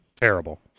Terrible